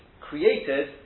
created